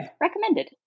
recommended